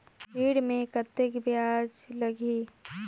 ऋण मे कतेक ब्याज लगही?